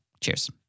Cheers